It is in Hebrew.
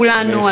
כולנו,